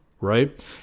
right